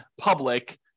public